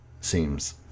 seems